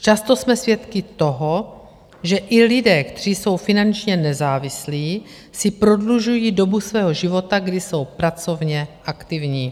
Často jsme svědky toho, že i lidé, kteří jsou finančně nezávislí, si prodlužují dobu svého života, kdy jsou pracovně aktivní.